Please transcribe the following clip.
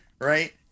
right